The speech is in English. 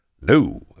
No